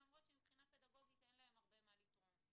למרות שמבחינה פדגוגית אין להם הרבה מה לתרום.